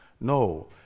no